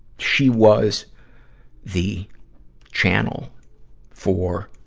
she was the channel for,